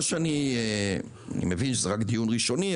אני מבין שזה רק דיון ראשוני,